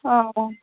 অঁ অঁ